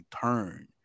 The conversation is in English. turn